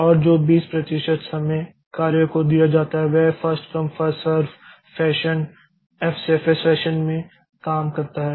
और जो 20 प्रतिशत समय कार्य को दिया जाता है वह first come first serve fashion FCFS fashion में काम करता है